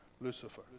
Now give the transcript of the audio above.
Lucifer